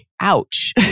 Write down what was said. ouch